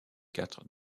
quatre